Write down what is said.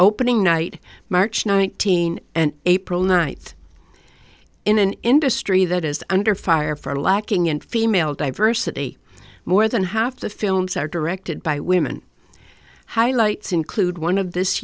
opening night march nineteenth and april night in an industry that is under fire for lacking in female diversity more than half the films are directed by women highlights include one of this